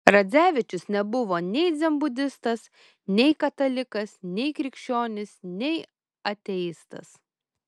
radzevičius nebuvo nei dzenbudistas nei katalikas nei krikščionis nei ateistas